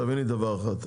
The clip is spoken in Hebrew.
תביני דבר אחד,